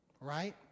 right